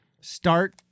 start